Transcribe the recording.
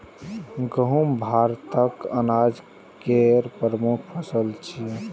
गहूम भारतक अनाज केर प्रमुख फसल छियै